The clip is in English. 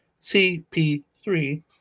CP3